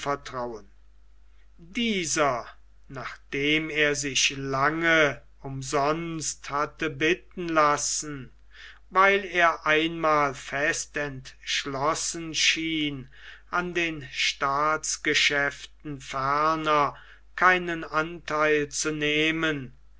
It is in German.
anvertrauen dieser nachdem er sich lange umsonst hatte bitten lassen weil er einmal fest entschlossen schien an den staatsgeschäften ferner keinen antheil zu nehmen